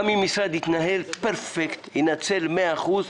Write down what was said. גם אם משרד יתנהל פרפקט וינצל 100% מהכסף,